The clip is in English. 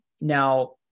now